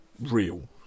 real